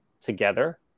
together